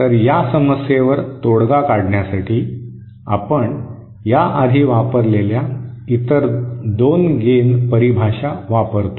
तर या समस्येवर तोडगा काढण्यासाठी आपण या आधी वापरलेल्या इतर 2 गेन परिभाषा वापरतो